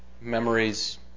memories